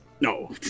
no